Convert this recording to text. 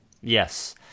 yes